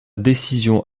décision